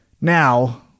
now